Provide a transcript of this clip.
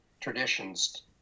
traditions